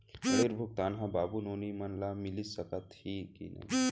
ऋण भुगतान ह बाबू नोनी मन ला मिलिस सकथे की नहीं?